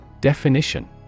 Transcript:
Definition